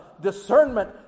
discernment